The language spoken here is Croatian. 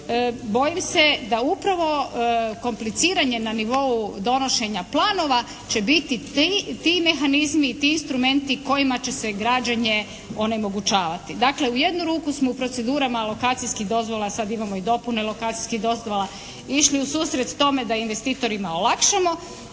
Bojim se da upravo kompliciranje na nivou donošenja planova će biti ti mehanizmi, ti instrumenti kojima će se građenje onemogućavati. Dakle u jednu ruku smo u procedurama lokacijskih dozvola, sad imamo i dopune lokacijskih dozvola, išli ususret tome da investitorima olakšamo,